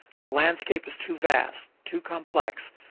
the landscape is too vast, too complex,